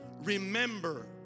remember